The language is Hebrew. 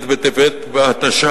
תנסה